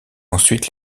ensuite